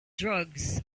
drugs